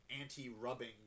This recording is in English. anti-rubbing